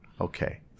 Okay